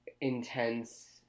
intense